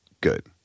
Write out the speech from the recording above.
Good